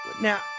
Now